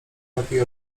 lepiej